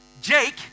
Jake